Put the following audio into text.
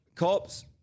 Cops